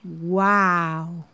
Wow